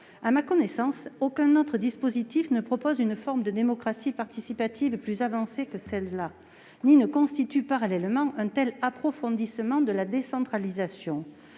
À ma connaissance, aucun autre dispositif ne propose une forme de démocratie participative plus avancée que celle-là ni ne constitue, parallèlement, un tel approfondissement de la décentralisation.